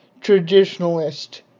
traditionalist